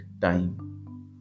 time